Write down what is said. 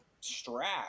strap